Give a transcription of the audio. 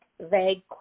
vague